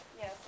Yes